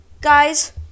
guys